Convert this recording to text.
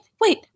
wait